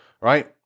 right